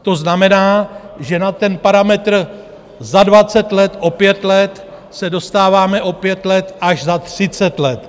To znamená, že na parametr za 20 let o 5 let se dostáváme o 5 let až za 30 let.